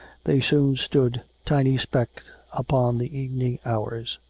they soon stood, tiny specks upon the evening hours.